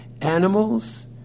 animals